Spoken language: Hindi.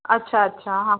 अच्छा अच्छा हाँ